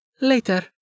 later